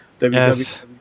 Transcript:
Yes